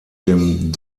dem